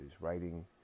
writing